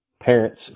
parents